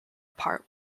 apart